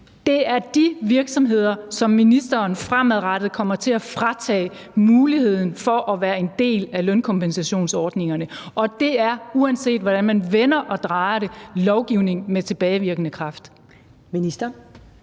Det er de virksomheder, som ministeren fremadrettet kommer til at fratage muligheden for at være en del af lønkompensationsordningerne, og det er, uanset hvordan man vender og drejer det, lovgivning med tilbagevirkende kraft.